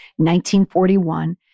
1941